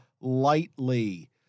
lightly